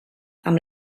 amb